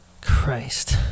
Christ